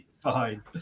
fine